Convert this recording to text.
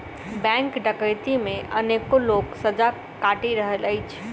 bank डकैती मे अनेको लोक सजा काटि रहल अछि